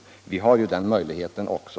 Centern har ju kvar den möjligheten också.